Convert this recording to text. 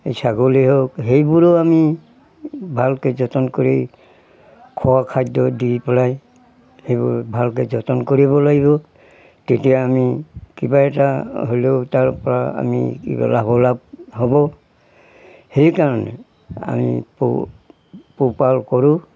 এই ছাগলী হওক সেইবোৰো আমি ভালকৈ যতন কৰি খোৱা খাদ্য দি পেলাই সেইবোৰ ভালকৈ যতন কৰিব লাগিব তেতিয়া আমি কিবা এটা হ'লেও তাৰপৰা আমি কিবা লাভ লাভ হ'ব সেইকাৰণে আমি প পোহপাল কৰোঁ